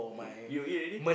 you you eat already